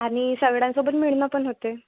आणि सगळ्यांसोबत मिळणं पण होते